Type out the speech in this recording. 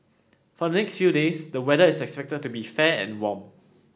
for the next few days the weather is expected to be fair and warm